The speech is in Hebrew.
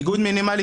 ביגוד מינימלי,